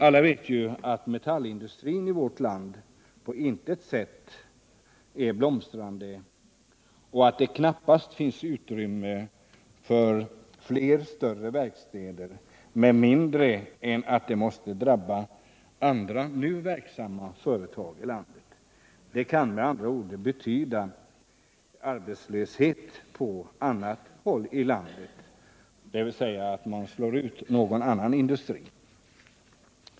Alla vet ju att metallindustrin i vårt land på intet sätt är blomstrande och att det knappast finns utrymme för fler: större verkstäder med mindre än att detta måste drabba andra nu verksamma företag. Det kan med andra ord betyda arbetslöshet på andra håll i landet, dvs. man slår ut någon annan industri.